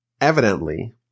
Evidently